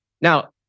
Now